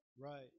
Right